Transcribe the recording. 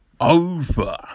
over